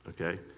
Okay